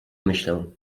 myślę